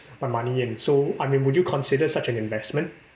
my money in so I mean would you consider such an investment